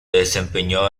desempeñó